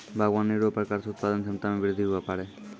बागवानी रो प्रकार से उत्पादन क्षमता मे बृद्धि हुवै पाड़ै